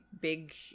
big